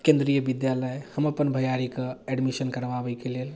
केन्द्रीय विद्यालय हम अपन भैआरीके एडमिशन करबाबैके लेल